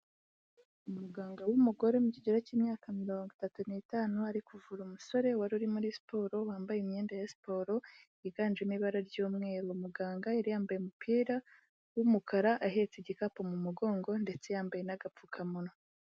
Umuganga w'umugore mu kigero cy'imyaka mirongo itatu n'itanu, ari kuvura umusore wari uri muri siporo wambaye imyenda ya siporo, yiganjemo ibara ry'umweru, muganga yari yambaye umupira w'umukara, ahetse igikapu mu mugongo ndetse yambaye agapfukamunwa.